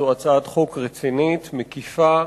זו הצעת חוק רצינית, מקיפה,